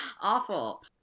Awful